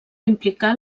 implicar